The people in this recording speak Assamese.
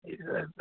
এই